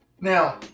Now